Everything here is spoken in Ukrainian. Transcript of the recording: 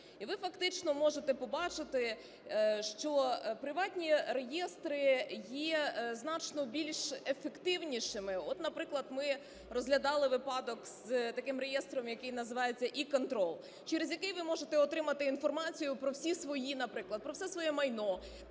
І ви фактично можете побачити, що приватні реєстри є значно більш ефективнішими. От наприклад, ми розглядали випадок з таким реєстром, який називається "e-control", через який ви можете інформацію про всі свої, наприклад, про все своє майно,